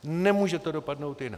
Nemůže to dopadnout jinak.